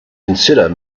consider